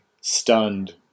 stunned